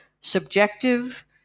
subjective